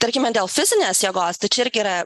tarkime dėl fizinės jėgos tai čia irgi yra